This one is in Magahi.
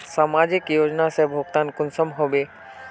समाजिक योजना से भुगतान कुंसम होबे?